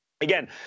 Again